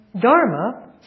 Dharma